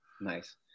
Nice